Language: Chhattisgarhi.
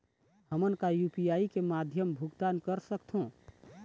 हमन का यू.पी.आई के माध्यम भुगतान कर सकथों?